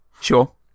Sure